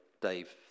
Dave